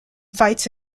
fights